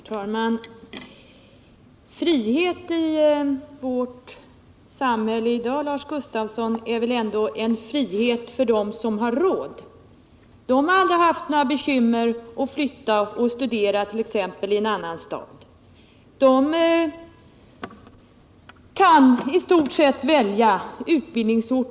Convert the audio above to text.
Herr talman! Frihet i vårt samhälle i dag, Lars Gustafsson, är frihet för dem som har råd. De har aldrig haft några problem med att flytta och studerat.ex. i en annan stad. De kan i stort sett välja utbildningsort.